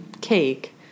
cake